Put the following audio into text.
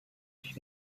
ich